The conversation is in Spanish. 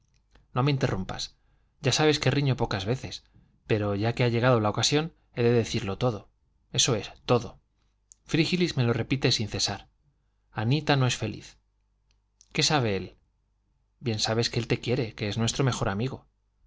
no me interrumpas ya sabes que riño pocas veces pero ya que ha llegado la ocasión he de decirlo todo eso es todo frígilis me lo repite sin cesar anita no es feliz qué sabe él bien sabes que él te quiere que es nuestro mejor amigo